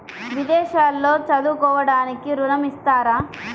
విదేశాల్లో చదువుకోవడానికి ఋణం ఇస్తారా?